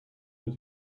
did